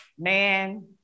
Man